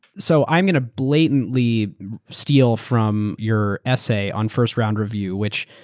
so i'm going to blatantly steal from your essay on first round review, which,